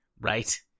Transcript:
Right